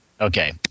Okay